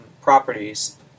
properties